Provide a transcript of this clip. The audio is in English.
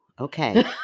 okay